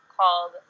called